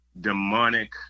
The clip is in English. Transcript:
demonic